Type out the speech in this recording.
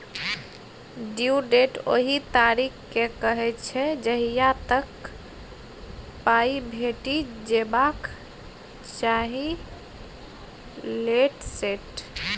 due date ओहि तारीख केँ कहय छै जहिया तक पाइ भेटि जेबाक चाही लेट सेट